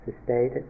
sustained